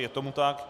Je tomu tak.